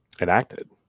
enacted